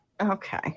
Okay